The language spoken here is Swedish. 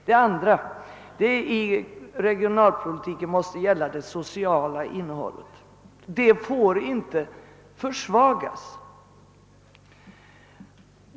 Den andra punkten är att regionalpolitiken måste även gälla det sociala innehållet. Det får inte försvagas.